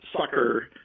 sucker